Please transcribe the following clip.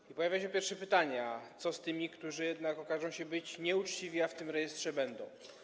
I pojawiają się pierwsze pytania: Co z tymi, którzy jednak okażą się nieuczciwi, a w tym rejestrze będą?